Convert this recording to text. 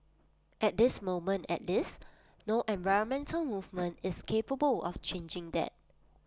at this moment at least no environmental movement is capable of changing that